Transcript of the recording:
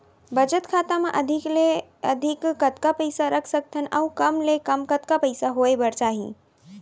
बचत खाता मा अधिक ले अधिक कतका पइसा रख सकथन अऊ कम ले कम कतका पइसा होय बर चाही?